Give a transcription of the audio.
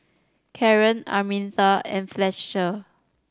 Karen Arminta and Fletcher